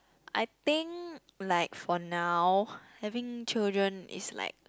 I think like for now having children is like